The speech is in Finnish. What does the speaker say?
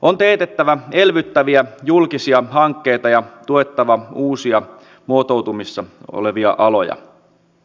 on teetettävä elvyttäviä julkisia hankkeita tuettava uusia muotoutumassa olevia aloja